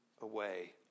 away